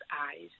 eyes